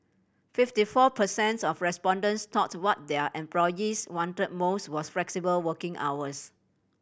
fifty four per cents of respondents thought what their employees wanted most was flexible working hours